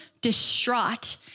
distraught